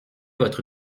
votre